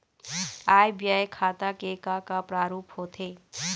आय व्यय खाता के का का प्रारूप होथे?